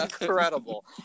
Incredible